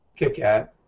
KitKat